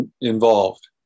involved